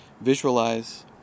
Visualize